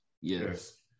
Yes